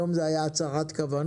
היום זה היה הצהרת כוונות,